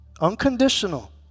unconditional